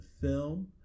film